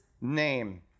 name